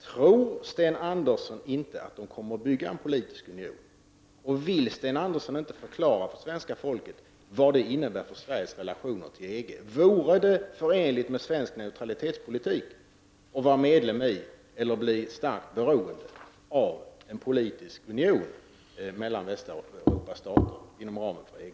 Tror Sten Andersson inte att man kommer att bygga upp en politisk union? Vill Sten Andersson inte förklara för det svenska folket vad det innebär för Sveriges relationer till EG? Vore det förenligt med svensk neutralitetspolitik att vara medlem i eller bli starkt beroende av en politisk union mellan dessa europeiska stater inom ramen för EG?